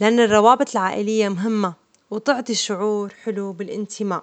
لأن الروابط العائلية مهمة وتعطي الشعور حلو بالانتماء.